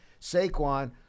Saquon